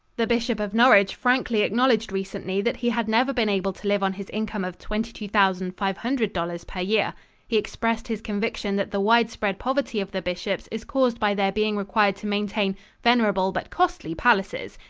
the bishop of norwich frankly acknowledged recently that he had never been able to live on his income of twenty two thousand five hundred dollars per year. he expressed his conviction that the wide-spread poverty of the bishops is caused by their being required to maintain venerable but costly palaces.